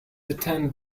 attend